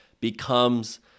becomes